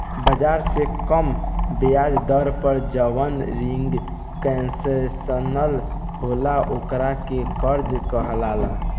बाजार से कम ब्याज दर पर जवन रिंग कंसेशनल होला ओकरा के कर्जा कहाला